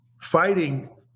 fighting